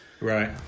Right